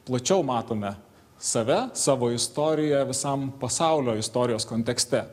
plačiau matome save savo istoriją visam pasaulio istorijos kontekste